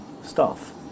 staff